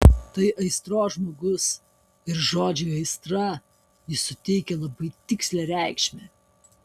tai aistros žmogus ir žodžiui aistra jis suteikia labai tikslią reikšmę